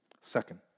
Second